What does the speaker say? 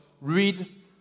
read